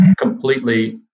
completely